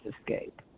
escape